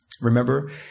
Remember